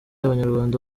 abanyarwanda